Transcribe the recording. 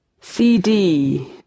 CD